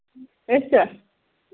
اَچھا